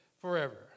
forever